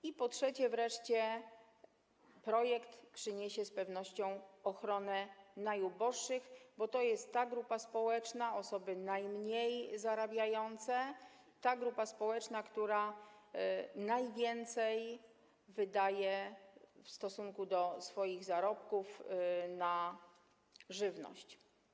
I po trzecie wreszcie, projekt przyniesie z pewnością ochronę najuboższych, bo to jest ta grupa społeczna - osoby najmniej zarabiające - która najwięcej wydaje w stosunku do swoich zarobków na żywność.